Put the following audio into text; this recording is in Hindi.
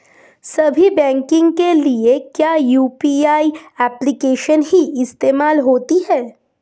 सभी बैंकों के लिए क्या यू.पी.आई एप्लिकेशन ही इस्तेमाल होती है?